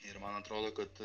ir man atrodo kad